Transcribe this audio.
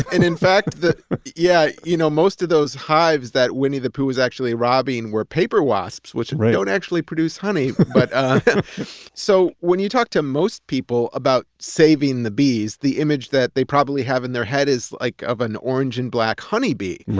and in fact, yeah you know most of those hives that winnie-the-pooh was actually robbing were paper wasps, which don't actually produce honey but so when you talk to most people about saving the bees, the image that they probably have in their head is like of an orange and black honeybee.